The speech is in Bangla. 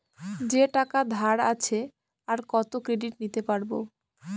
যে টাকা ধার আছে, আর কত ক্রেডিট নিতে পারবো?